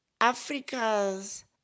Africa's